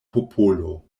popolo